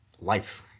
life